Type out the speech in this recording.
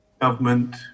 government